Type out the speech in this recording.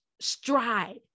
stride